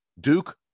Duke